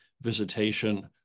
visitation